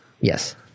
Yes